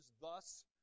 Thus